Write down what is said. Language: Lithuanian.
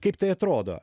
kaip tai atrodo